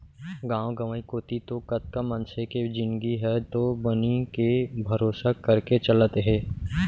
गांव गंवई कोती तो कतका मनसे के जिनगी ह तो बनी के भरोसा करके चलत हे